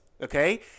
Okay